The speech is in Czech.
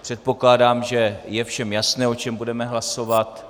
Předpokládám, že je všem jasné, o čem budeme hlasovat.